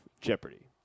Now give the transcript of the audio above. Jeopardy